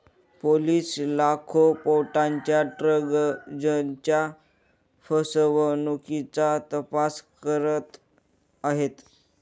police लाखो पौंडांच्या ड्रग्जच्या फसवणुकीचा तपास करत आहेत